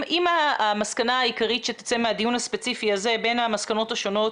אם המסקנה העיקרית שתצא מהדיון הספציפי הזה בין המסקנות השונות,